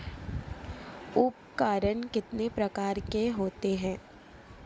उपकरण कितने प्रकार के होते हैं?